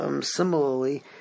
similarly